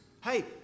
Hey